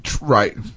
Right